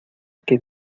que